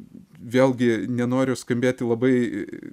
vėlgi nenoriu skambėti labai